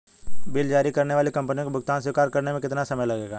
Bill जारी करने वाली कंपनी को भुगतान स्वीकार करने में कितना समय लगेगा?